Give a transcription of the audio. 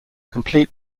complete